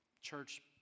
church